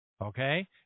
okay